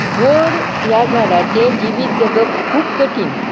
वड ह्या झाडाचें जिवीत जगप खूब कठीण